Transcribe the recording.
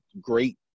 great